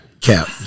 Cap